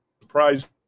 surprise